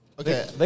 Okay